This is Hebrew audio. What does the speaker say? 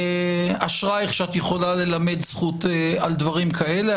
אשריך שאת יכולה ללמד זכות על דברים כעלה.